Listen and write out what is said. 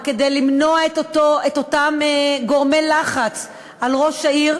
וכדי למנוע את אותם גורמי לחץ על ראש העיר,